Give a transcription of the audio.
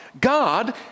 God